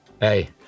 hey